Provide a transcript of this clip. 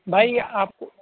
بھائی آپ کو